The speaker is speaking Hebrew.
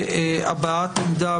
הפרקליטות,